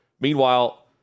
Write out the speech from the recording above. Meanwhile